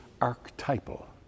archetypal